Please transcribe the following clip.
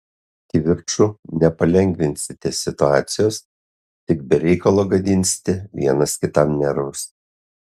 kivirču nepalengvinsite situacijos tik be reikalo gadinsite vienas kitam nervus